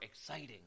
exciting